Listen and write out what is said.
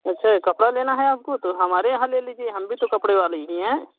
अच्छा ये कपड़ा लेना है आपको तो हमारे यहाँ ले लीजिए हम भी तो कपड़े वाले ही हैं